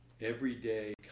everyday